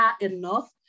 enough